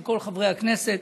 של כל חברי הכנסת.